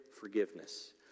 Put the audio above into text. forgiveness